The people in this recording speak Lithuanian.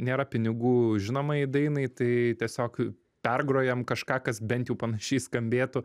nėra pinigų žinomai dainai tai tiesiog pergrojam kažką kas bent jau panašiai skambėtų